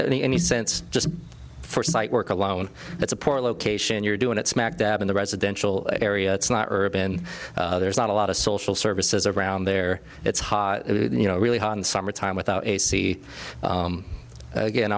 any sense just for spite work alone it's a poor location you're doing it smack dab in the residential area it's not urban there's not a lot of social services around there it's hot you know really hot in summer time without a c again